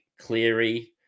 Cleary